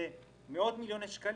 זה מאות מיליוני שקלים.